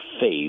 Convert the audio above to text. faith